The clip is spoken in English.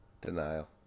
Denial